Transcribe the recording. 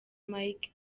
mike